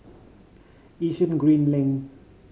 Yishun Green Link